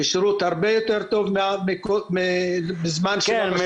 ושירות הרבה יותר מהזמן שהרשויות המקומיות --- כן,